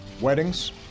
weddings